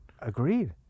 Agreed